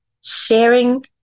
sharing